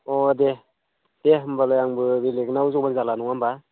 अ दे दे होमब्लालाय आंबो बेलेगनाव जबान जाला नङा होमब्ला